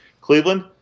Cleveland